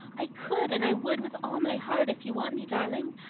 i could and i would with all my heart, if you want me, darling!